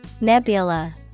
Nebula